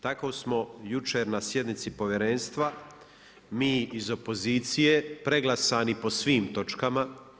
Tako smo jučer na sjednici Povjerenstva mi iz opozicije preglasani po svim točkama.